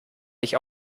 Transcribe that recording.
nicht